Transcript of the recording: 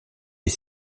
est